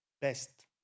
best